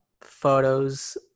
photos